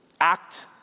Act